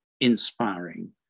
inspiring